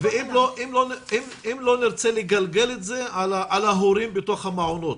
ואם לא נרצה לגלגל את זה על ההורים בתוך המעונות.